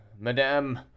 madame